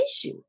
issue